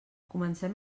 comencem